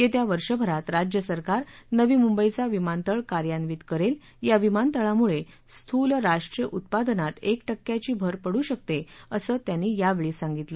येत्या वर्षभरात राज्यसरकार नवी मुंबईचा विमानतळ कार्यान्वित करेल या विमानतळामुळे स्थूल राष्ट्रीय उत्पादनात एक टक्क्याची भर पडू शकते असं त्यांनी यावेळी सांगितलं